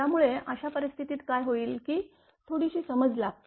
त्यामुळे अशा परिस्थितीत काय होईल की थोडीशी समज लागते